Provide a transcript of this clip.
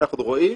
אנחנו רואים